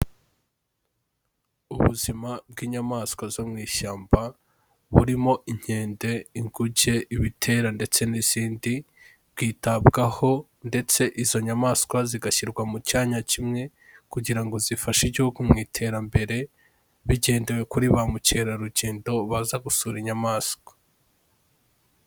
Ubuzima bw'inyamaswa zo mu ishyamba, burimo inkende, inguge, ibitera ndetse n'izindi, bwitabwaho ndetse izo nyamaswa zigashyirwa mu cyanya kimwe kugira ngo zifashe Igihugu mu iterambere, bigendewe kuri ba mukerarugendo baza gusura inyamaswa.